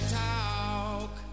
talk